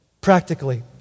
Practically